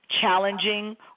challenging